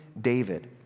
David